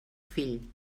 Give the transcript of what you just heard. fill